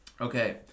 Okay